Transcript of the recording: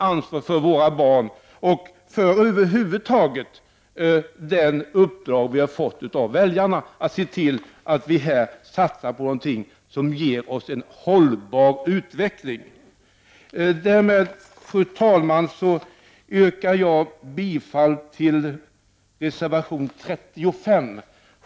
Därmed fullgör vi också det uppdrag som vi har fått av väljarna, nämligen att satsa på någonting som håller för framtiden. Därmed, fru talman, yrkar jag bifall till reservation 35.